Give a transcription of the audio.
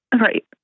Right